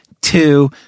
two